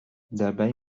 dabei